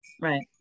right